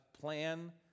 plan